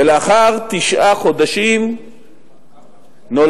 ולאחר תשעה חודשים נולד,